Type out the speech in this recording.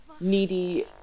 Needy